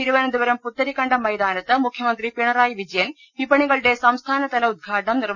തിരുവന ന്തപുരം പുത്തരിക്കണ്ടം മൈതാനത്ത് മുഖ്യമന്ത്രി പിണറായി വിജയൻ വിപണികളുടെ സംസ്ഥാനതല ഉദ്ഘാടനം നിർവ